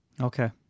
Okay